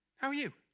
how are you?